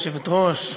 גברתי היושבת-ראש,